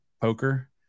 poker